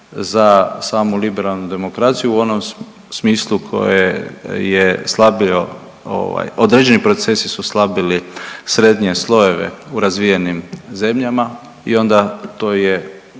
za samu liberalnu demokraciju u onom smislu koje je slabio ovaj određeni procesi su slabili srednje slojeve u razvijenim zemljama i onda to je